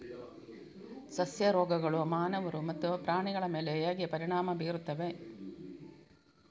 ಸಸ್ಯ ರೋಗಗಳು ಮಾನವರು ಮತ್ತು ಪ್ರಾಣಿಗಳ ಮೇಲೆ ಹೇಗೆ ಪರಿಣಾಮ ಬೀರುತ್ತವೆ